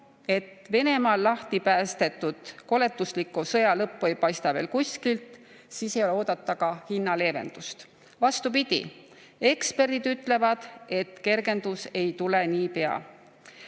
Et Venemaa lahti päästetud koletusliku sõja lõppu ei paista veel kuskilt, siis ei ole oodata ka hinnaleevendust. Vastupidi, eksperdid ütlevad, et kergendus ei tule niipea.